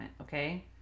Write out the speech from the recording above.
okay